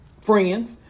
friends